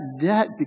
debt